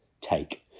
take